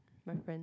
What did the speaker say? my friend